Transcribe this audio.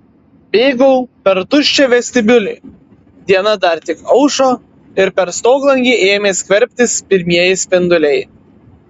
bėgau per tuščią vestibiulį diena dar tik aušo ir per stoglangį ėmė skverbtis pirmieji spinduliai